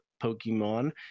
Pokemon